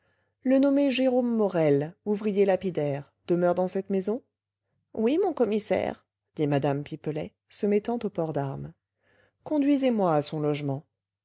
le nommé jérôme morel ouvrier lapidaire demeure dans cette maison oui mon commissaire dit mme pipelet se mettant au port d'arme conduisez-moi à son logement